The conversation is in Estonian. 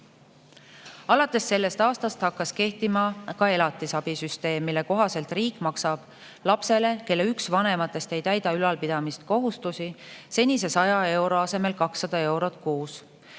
Alates sellest aastast hakkas kehtima ka elatisabisüsteem, mille kohaselt riik maksab lapsele, kelle üks vanematest ei täida ülalpidamiskohustust, senise 100 euro asemel 200 eurot kuus.